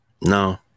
No